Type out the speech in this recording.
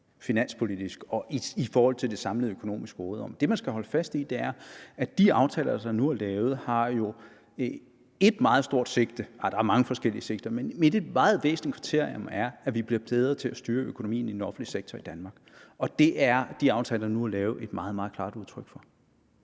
finanspolitisk og i forhold til det samlede økonomiske råderum. Det, man skal holde fast i, er, at de aftaler, der nu er lavet, jo har et meget stort sigte – der er mange forskellige sigter, men der er et væsentligt kriterium – nemlig at vi bliver bedre til at styre økonomien i den offentlige sektor i Danmark. Og det er de aftaler, der nu er lavet, et meget, meget klart udtryk for.